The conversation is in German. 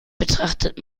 betrachtet